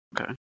Okay